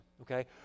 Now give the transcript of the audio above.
okay